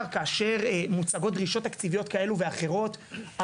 כאשר מוצגות דרישות תקציביות כאלו ואחרות,